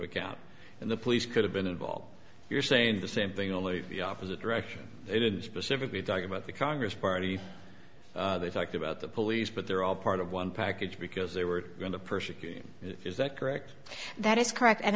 account and the police could have been involved you're saying the same thing only the opposite direction they didn't specifically talk about the congress party they talked about the police but they're all part of one package because they were going to persecute him is that correct that is correct and